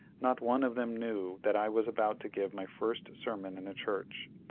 not one of them knew that i was about to give my first sermon in a church.